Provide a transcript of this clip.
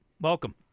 Welcome